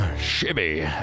shibby